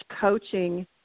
coaching